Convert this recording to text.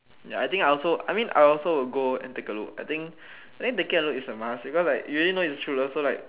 ya I think I also I mean I also will go and take a look I think taking a look is a must because like you already know is a true love so it's like